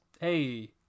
hey